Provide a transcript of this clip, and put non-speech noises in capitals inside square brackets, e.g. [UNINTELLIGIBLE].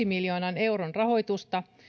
[UNINTELLIGIBLE] miljoonan euron rahoitusta